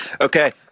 Okay